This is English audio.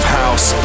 house